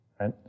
right